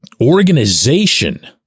organization